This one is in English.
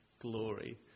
glory